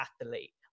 athlete